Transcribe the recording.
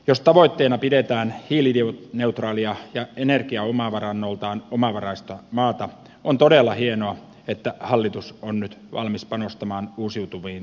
jos tavoitteena pidetään hiilineutraalia ja energiaomavarannoltaan omavaraista maata on todella hienoa että hallitus on nyt valmis panostamaan uusiutuviin energialähteisiin